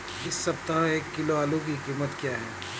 इस सप्ताह एक किलो आलू की कीमत क्या है?